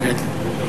נגד, בעד הסרה.